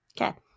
Okay